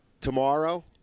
tomorrow